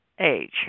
age